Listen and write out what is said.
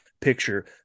picture